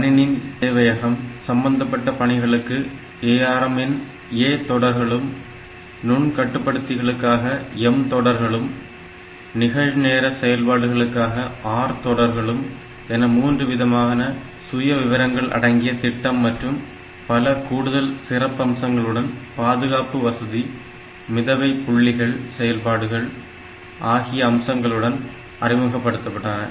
கணினி சேவையகம் சம்பந்தப்பட்ட பணிகளுக்கு ARM இன் A தொடர்களும் நுண் கட்டுப்படுத்திகளுக்காக M தொடர்களும் நிகழ்நேர செயல்பாடுகளுக்காக R தொடர்களும் என மூன்று விதமான சுயவிவரங்கள் அடங்கிய திட்டம் மற்றும் பல கூடுதல் சிறப்பம்சங்களுடன் பாதுகாப்பு வசதி மிதவை புள்ளிகள் செயல்பாடுகள் ஆகிய அம்சங்களும் அறிமுகப்படுத்தப்பட்டன